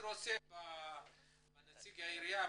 היא כתבה שהוא פרויקטור ב"שבי ישראל"